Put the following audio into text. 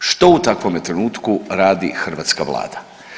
Što u takvome trenutku radi hrvatska Vlada?